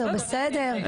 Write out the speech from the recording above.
בסדר,